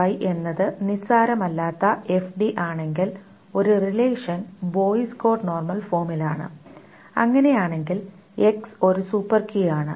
X→Y എന്നത് നിസ്സാരമല്ലാത്ത FD ആണെങ്കിൽ ഒരു റിലേഷൻ ബോയ്സ് കോഡ് നോർമൽ ഫോമിലാണ് അങ്ങനെയാണെങ്കിൽ X ഒരു സൂപ്പർ കീ ആണ്